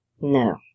No